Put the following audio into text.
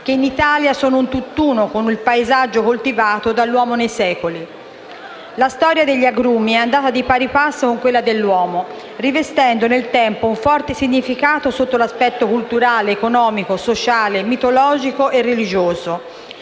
che in Italia sono un tutt'uno con il paesaggio coltivato dall'uomo nei secoli. La storia degli agrumi è andata di pari passo con quella dell'uomo, rivestendo nel tempo un forte significato sotto l'aspetto culturale, economico, sociale, mitologico e religioso.